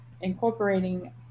incorporating